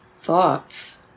thoughts